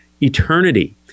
eternity